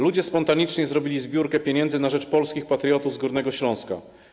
Ludzie spontanicznie zrobili zbiórkę pieniędzy na rzecz polskich patriotów z Górnego Śląska.